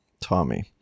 Tommy